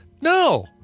No